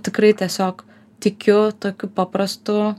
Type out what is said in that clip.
tikrai tiesiog tikiu tokiu paprastu